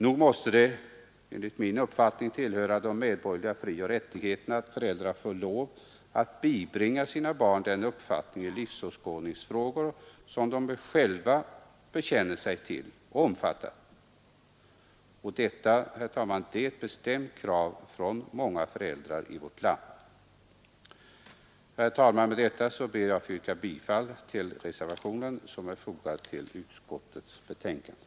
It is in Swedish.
Nog måste det enligt min uppfattning tillhöra de medborgerliga frioch rättigheterna att föräldrar får lov att bibringa sina barn den uppfattning i livsåskådningsfrågor som de själva bekänner sig till och omfattar. Detta är ett bestämt krav från många föräldrar i vårt land. Herr talman! Med det anförda ber jag att få yrka bifall till den reservation som är fogad till utskottets betänkande.